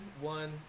one